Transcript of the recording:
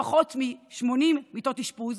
ויש פחות מ-80 מיטות אשפוז